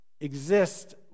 exist